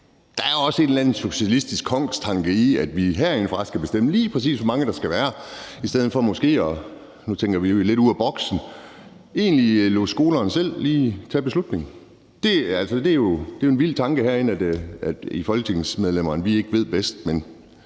eller anden socialistisk kongstanke i, at vi herindefra skal bestemme, lige præcis hvor mange der skal være, i stedet for måske, og nu tænker vi jo lidt ud af boksen, egentlig lige at lade skolerne selv tage beslutningen. Altså, det er jo en vild tanke herinde, at vi folketingsmedlemmer ikke ved bedst, men